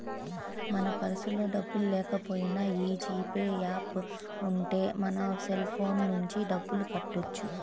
మన పర్సులో డబ్బుల్లేకపోయినా యీ జీ పే యాప్ ఉంటే మన సెల్ ఫోన్ నుంచే డబ్బులు కట్టొచ్చు